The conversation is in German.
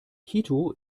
quito